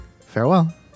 Farewell